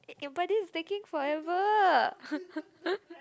eh but this is taking forever